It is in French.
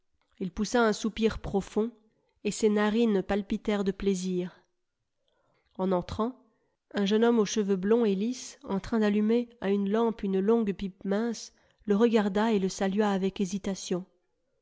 il poussa un soupir profond et ses narines palpitèrent de plaisir en entrant un jeune homme aux cheveux blonds et lisses en train d'allumer à une lampe une longue pipe mince le regarda et le salua avec hésitation